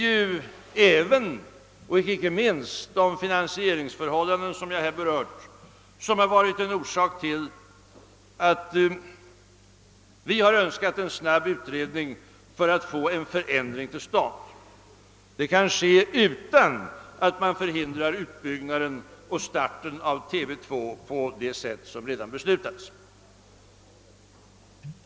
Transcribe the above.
De finansieringsförhållanden som jag här berört har varit en av orsakerna till att vi har önskat en snabb utredning för att få en förändring till stånd. Det kan ske utan att man förhindrar utbyggnaden och starten av TV 2 på det sätt som redan beslutats.